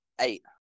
eight